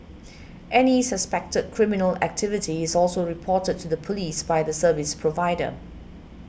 any suspected criminal activity is also reported to the police by the service provider